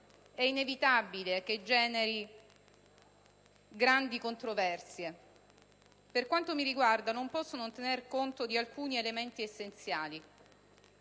è inevitabile che generi grandi controversie. Per quanto mi riguarda, non posso non tener conto di alcuni elementi essenziali.